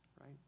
right